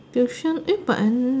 tuition eh but and